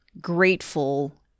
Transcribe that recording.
grateful